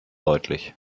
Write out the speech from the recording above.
deutlich